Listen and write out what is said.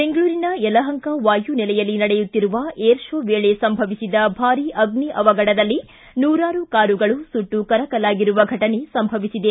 ಬೆಂಗಳೂರಿನ ಯಲಹಂಕ ವಾಯುನೆಲೆಯಲ್ಲಿ ನಡೆಯುತ್ತಿರುವ ಏರ್ ಶೋ ವೇಳೆ ಸಂಭವಿಸಿದ ಭಾರೀ ಅಗ್ನಿ ಅವಘಡದಲ್ಲಿ ನೂರಾರು ಕಾರುಗಳು ಸುಟ್ಟು ಕರಕಲಾಗಿರುವ ಘಟನೆ ಸಂಭವಿಸಿದೆ